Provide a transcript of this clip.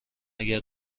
مگر